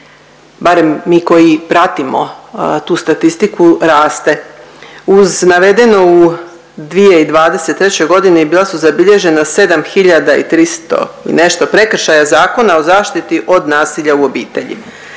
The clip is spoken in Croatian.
barem mi koji pratimo tu statistiku, raste. Uz navedeno u 2023. godini bila su zabilježena 7.300 i nešto prekršaja Zakona o zaštiti od nasilja u obitelji.